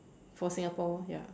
for singapore ya